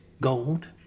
gold